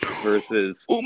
versus